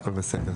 את הצמיחה.